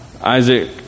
Isaac